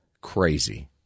crazy